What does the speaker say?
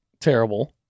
terrible